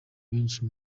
benshi